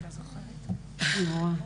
נורא.